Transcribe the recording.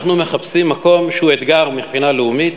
אנחנו מחפשים מקום שהוא אתגר מבחינה לאומית,